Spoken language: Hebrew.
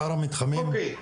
שאר המתחמים --- אוקיי.